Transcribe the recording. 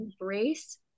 embrace